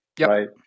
right